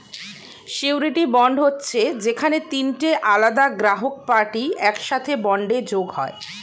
surety bond হচ্ছে যেখানে তিনটে আলাদা গ্রাহক পার্টি একসাথে বন্ডে যোগ হয়